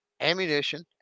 ammunition